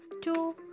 two